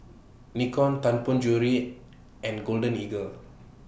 Nikon Tianpo Jewellery and Golden Eagle